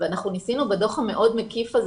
ואנחנו ניסינו בדו"ח המאוד מקיף הזה